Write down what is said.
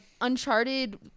Uncharted